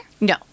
no